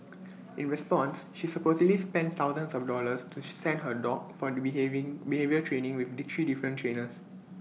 in response she supposedly spent thousands of dollars to send her dog for behaving behaviour training with the three different trainers